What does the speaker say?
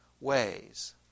ways